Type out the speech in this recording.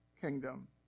kingdom